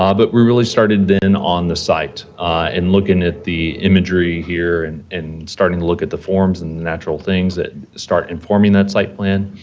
um but we really started in on the site and looking at the imagery here and starting to look at the forms and the natural things that start informing that site plan.